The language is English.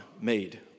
made